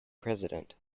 president